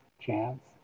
chance